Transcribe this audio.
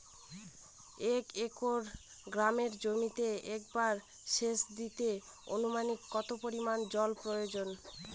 এক একর গমের জমিতে একবার শেচ দিতে অনুমানিক কত পরিমান জল প্রয়োজন?